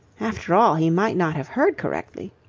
after all he might not have heard correctly.